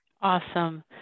Awesome